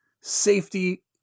safety